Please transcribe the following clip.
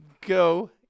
Go